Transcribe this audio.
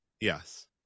Yes